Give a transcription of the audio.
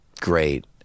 great